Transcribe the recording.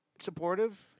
supportive